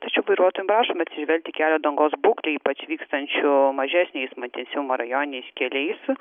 tačiau vairuotojam prašome atsižvelgti į kelio dangos būklę ypač vykstančių mažesnio eismo intensyvumo rajoniniais keliais